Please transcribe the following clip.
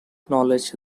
knowledge